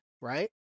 right